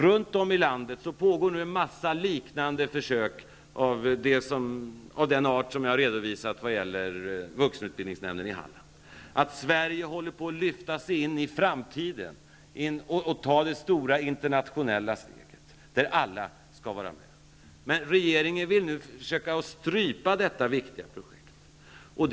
Runt om i landet pågår nu försök liknande det jag har redovisat från vuxenutbildningsnämnden i Halland. Sverige håller på att lyftas in i framtiden och ta det stora internationella steget, och där skall alla vara med. Men regeringen vill nu försöka strypa detta viktiga projekt.